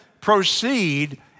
proceed